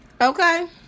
okay